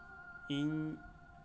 ᱤᱧ